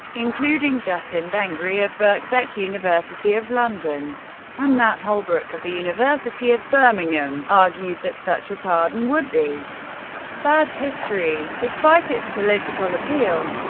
including justin bengry of birkbeck university of london and matt houlbrook of the university of birmingham, argued that such a pardon would be bad history despite its political appeal,